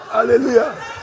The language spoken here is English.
Hallelujah